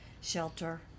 shelter